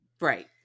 Right